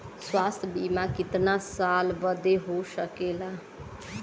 स्वास्थ्य बीमा कितना साल बदे हो सकेला?